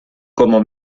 como